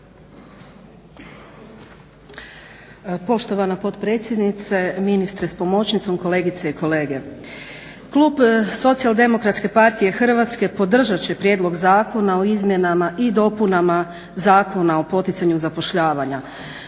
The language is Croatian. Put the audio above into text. Poštovana potpredsjednike, ministre s pomoćnicom, kolegice i kolege. Klub SDP-a podržat će prijedlog Zakon o izmjenama i dopunama Zakona o poticanju zapošljavanja.